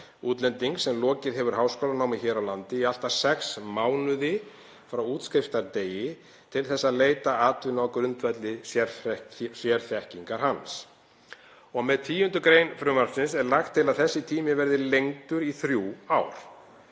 útlendings sem lokið hefur háskólanámi hér á landi í allt að sex mánuði frá útskriftardegi til þess að leita atvinnu á grundvelli sérfræðiþekkingar hans. Með 10. gr. frumvarpsins er lagt til að þessi tími verði lengdur í þrjú ár.